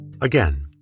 Again